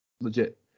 Legit